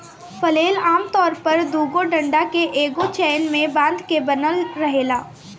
flail आमतौर पर दुगो डंडा के एगो चैन से बांध के बनल रहेला